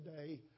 today